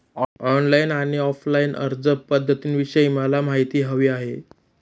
online आणि offline अर्जपध्दतींविषयी मला माहिती हवी आहे